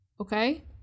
Okay